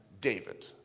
David